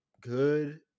good